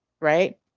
right